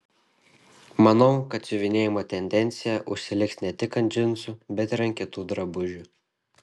manau kad siuvinėjimo tendencija užsiliks ne tik ant džinsų bet ir ant kitų drabužių